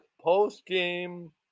post-game